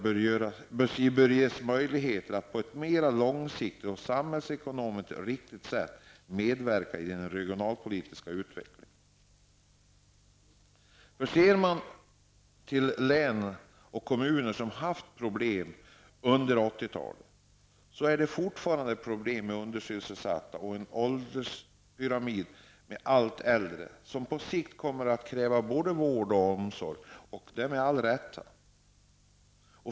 bör ges möjligheter att på ett mera långsiktigt och samhällsekonomiskt riktigt sätt medverka i den regionalpolitiska utvecklingen. Län och kommuner som har haft problem under 80 talet har fortfarande problem med undersysselsatta, och de har en ålderspyramid med allt fler äldre, som på sikt kommer att kräva både vård och omsorg, och detta med all rätt.